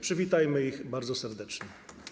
Przywitajmy ich bardzo serdecznie.